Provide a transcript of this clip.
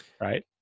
Right